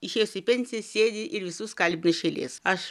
išėjus į pensiją sėdi ir visus kalbina iš eilės aš